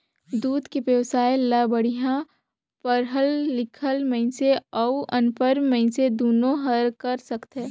दूद के बेवसाय ल बड़िहा पड़हल लिखल मइनसे अउ अनपढ़ मइनसे दुनो हर कर सकथे